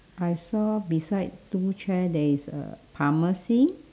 I saw beside two chair there is a pharmacy